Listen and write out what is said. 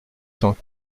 cent